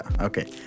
Okay